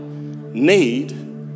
need